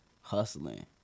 hustling